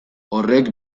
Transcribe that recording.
horrek